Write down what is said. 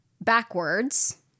backwards